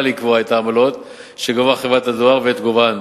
לקבוע את העמלות שגובה חברת הדואר ואת גובהן.